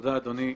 תודה אדוני.